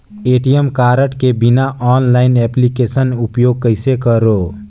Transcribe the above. ATM card के बिना online application उपयोग कइसे करो?